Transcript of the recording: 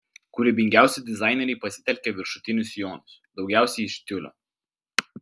kūrybingiausi dizaineriai pasitelkė viršutinius sijonus daugiausiai iš tiulio